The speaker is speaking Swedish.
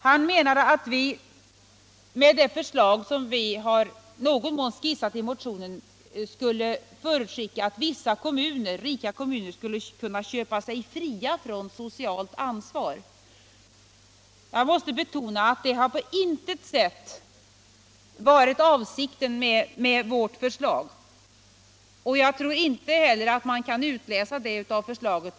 Han menade att centern, med det förslag vi i någon mån skissat i motionen, skulle förutskicka att vissa rika kommuner skulle kunna köpa sig fria från socialt ansvar. Jag måste betona att det på intet sätt varit avsikten med vårt förslag. Jag tror inte heller man kan utläsa detta.